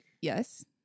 Yes